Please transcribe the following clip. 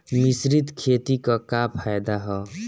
मिश्रित खेती क का फायदा ह?